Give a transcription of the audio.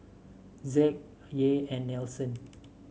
Zack Yair and Nelson